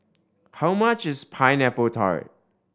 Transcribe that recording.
how much is Pineapple Tart